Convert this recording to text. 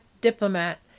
diplomat